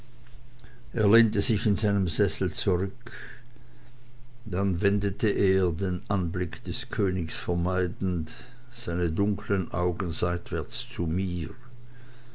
lehnte sich in seinen sessel zurück dann wendete er den anblick des königs vermeidend seine dunkeln augen seitwärts zu mir